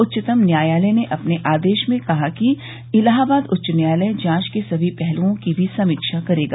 उच्चतम न्यायालय ने अपने आदेश में कहा है कि इलाहाबाद उच्च न्यायालय जांच के सभी पहलुओं की भी समीक्षा करेगा